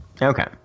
Okay